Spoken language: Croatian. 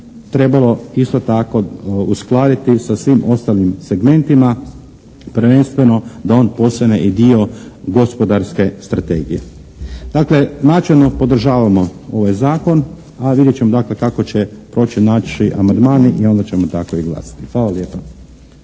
trebalo isto tako uskladiti sa svim ostalim segmentima, prvenstveno da on postane i dio gospodarske strategije. Dakle, načelno podržavamo ovaj zakon. A vidjet ćemo dakle kako će proći znači amandmani i onda ćemo tako i glasati. Hvala lijepa.